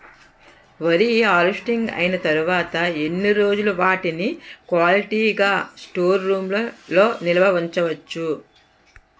వరి హార్వెస్టింగ్ అయినా తరువత ఎన్ని రోజులు వాటిని క్వాలిటీ గ స్టోర్ రూమ్ లొ నిల్వ ఉంచ వచ్చు?